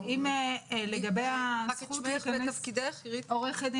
ו-ב', הוועדה